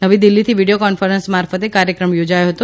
નવી દિલ્હીથી video conference મારફતે કાર્યક્રમ યોજાયો હતો